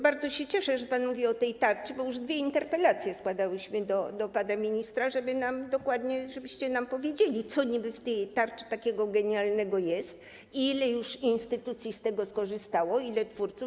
Bardzo się cieszę, że pan mówi o tej tarczy, bo już dwie interpelacje składałyśmy do pana ministra, żeby nam dokładnie powiedziano, co niby w tej tarczy takiego genialnego jest i ile już instytucji z tego skorzystało, ilu twórców.